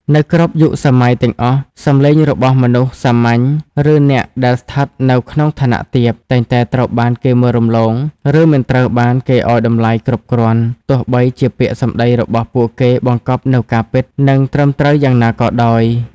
នៅគ្រប់យុគសម័យទាំងអស់ សំឡេងរបស់មនុស្សសាមញ្ញ ឬអ្នកដែលស្ថិតនៅក្នុងឋានៈទាប តែងតែត្រូវបានគេមើលរំលង ឬមិនត្រូវបានគេឲ្យតម្លៃគ្រប់គ្រាន់ ទោះបីជាពាក្យសម្ដីរបស់ពួកគេបង្កប់នូវការពិត និងត្រឹមត្រូវយ៉ាងណាក៏ដោយ។។